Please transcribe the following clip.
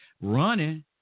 running